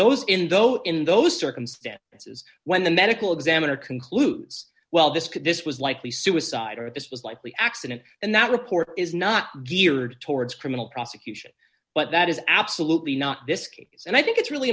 those in though in those circumstances when the medical examiner concludes well this could this was likely suicide or this was likely accident and that report is not geared towards criminal prosecution but that is absolutely not disk and i think it's really